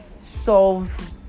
solve